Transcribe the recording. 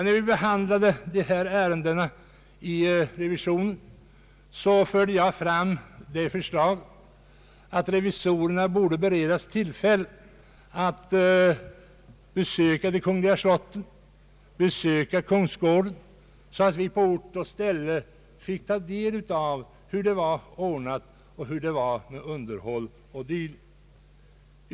När vi behandlade dessa ärenden inom revisionen lade jag fram förslaget att revisorerna borde beredas tillfälle att besöka de kungliga slotten och kungsgårdarna, så att vi på ort och ställe kunde få ta del av förhållandena beträffande underhåll och dylikt.